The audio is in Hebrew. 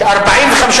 בתוך יפו,